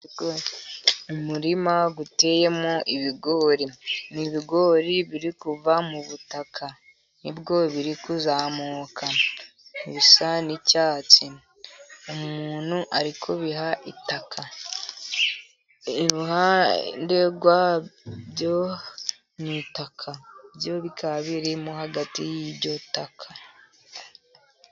Umurima uteyemo ibigori, ni ibigori biri kuva mu butaka, ni bwo biri kuzamukana. Bisa n'icyatsi, umuntu ari kubiha itaka. Iruhande rwa byo ni itaka byo bikaba birimo hagati y'iryo taka.